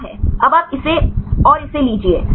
अब आप इसे और इसे लीजिए